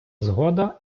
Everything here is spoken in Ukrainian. згода